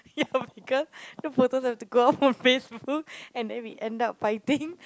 ya because the photos have to go up on Facebook and then we end up fighting